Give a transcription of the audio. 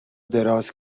دراز